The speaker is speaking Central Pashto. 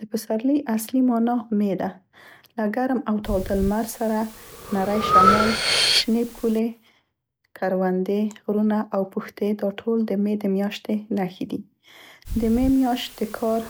د پسرلي اصلي معنا مې ده. له ګرم او تاوده لمر سره، نرۍ شمال، شنې پولې، کروندې، غرونه او پوښتې دا ټول، د مې د میاشتې نښې دي. د مې میاشت د کار